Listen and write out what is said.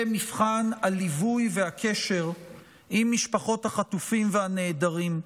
מבחן הליווי והקשר עם משפחות החטופים והנעדרים,